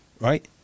right